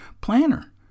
planner